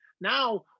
Now